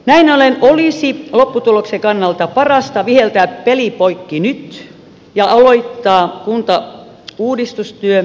näin ollen olisi lopputuloksen kannalta parasta viheltää peli poikki nyt ja aloittaa kuntauudistustyö yhdessä